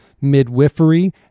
midwifery